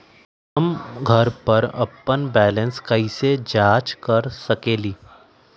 हम घर पर अपन बैलेंस कैसे जाँच कर सकेली?